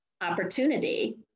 opportunity